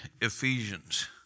Ephesians